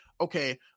okay